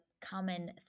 common